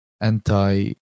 anti